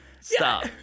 stop